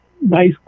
nice